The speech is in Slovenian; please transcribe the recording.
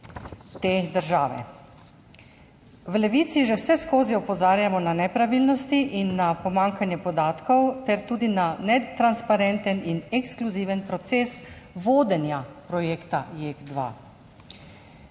V Levici že vseskozi opozarjamo na nepravilnosti in na pomanjkanje podatkov ter tudi na netransparenten in ekskluziven proces vodenja projekta JEK2.